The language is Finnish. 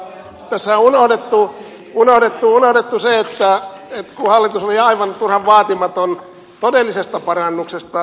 tässä on unohdettu se että hallitus oli aivan turhan vaatimaton todellisesta parannuksesta